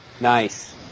Nice